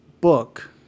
book